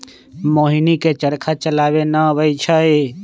मोहिनी के चरखा चलावे न अबई छई